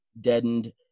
deadened